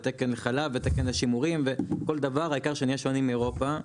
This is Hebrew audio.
ותקן לחלב ותקן לשימורים וכל דבר העיקר שנהיה שונים מאירופה.